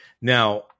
Now